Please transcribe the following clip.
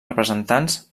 representants